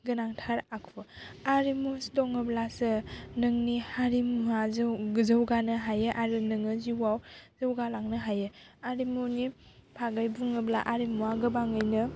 गोनांथार आखु आरिमु दङब्लासो नोंनि हारिमुआ जौगानो हायो आरो नोङो जिउआव जौगालांनो हायो आरिमुनि बागै बुङोब्ला आरिमुआ गोबाङैनो